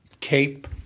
cape